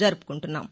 జరుపుకుంటున్నాం